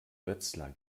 wetzlar